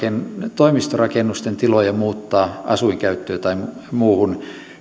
toimistorakennusten tiloja muuttaa asuinkäyttöön tai muuhun